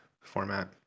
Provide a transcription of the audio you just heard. format